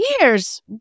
years